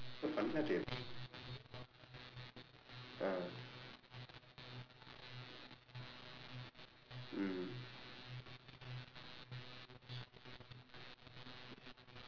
ah mm